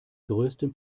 größten